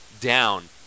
down